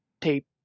tape